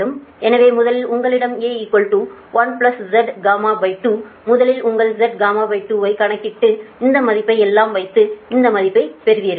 எனவே முதலில் உங்களிடம் A 1ZY2 முதலில் நீங்கள் ZY2 ஐ கணக்கிட்டு இந்த மதிப்பை எல்லாம் வைத்து இந்த மதிப்பை பெறுவீர்கள்